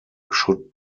should